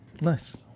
Nice